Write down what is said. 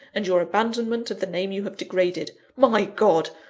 and your abandonment of the name you have degraded. my god!